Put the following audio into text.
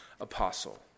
apostle